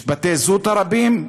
משפטי זוטא רבים,